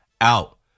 out